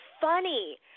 funny